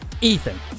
Ethan